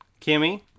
Kimmy